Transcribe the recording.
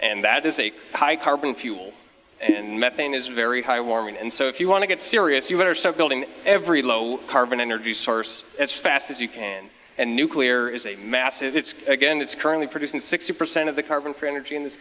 and that is a high carbon fuel and methane is very high warming and so if you want to get serious you better start building every low carbon energy source as fast as you can and nuclear is a massive it's again it's currently producing sixty percent of the carbon free energy in this